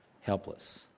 helpless